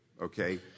Okay